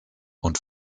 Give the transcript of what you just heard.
und